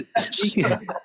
speaking